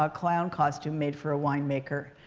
ah clown costume made for a wine-maker.